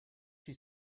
she